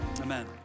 amen